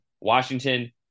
Washington